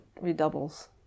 redoubles